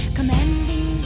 Commanding